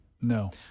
No